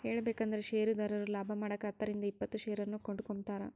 ಹೇಳಬೇಕಂದ್ರ ಷೇರುದಾರರು ಲಾಭಮಾಡಕ ಹತ್ತರಿಂದ ಇಪ್ಪತ್ತು ಷೇರನ್ನು ಕೊಂಡುಕೊಂಬ್ತಾರ